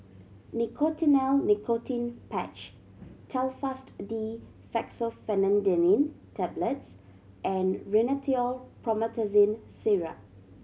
Nicotinell Nicotine Patch Telfast D Fexofenadine Tablets and Rhinathiol Promethazine Syrup